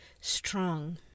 strong